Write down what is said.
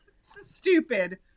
Stupid